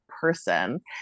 person